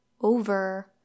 over